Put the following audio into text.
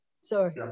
Sorry